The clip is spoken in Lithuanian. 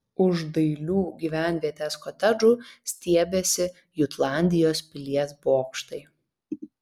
už dailių gyvenvietės kotedžų stiebėsi jutlandijos pilies bokštai